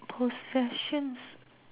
Possessions